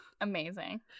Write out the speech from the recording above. Amazing